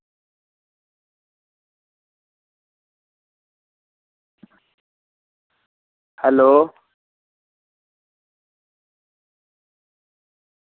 hello